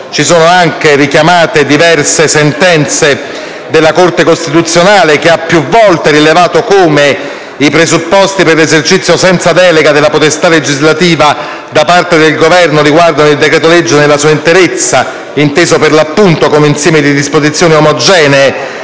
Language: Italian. possono anche richiamare diverse sentenze della Corte costituzionale, che ha più volte rilevato come i presupposti per l'esercizio senza delega della potestà legislativa da parte del Governo riguardino il decreto-legge nella sua interezza, inteso per l'appunto come insieme di disposizioni omogenee